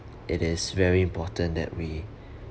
it is very important that we